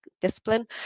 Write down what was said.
discipline